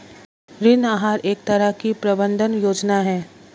ऋण आहार एक तरह की प्रबन्धन योजना है